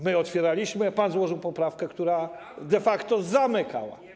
My to otwieraliśmy, a pan złożył poprawkę, która to de facto zamykała.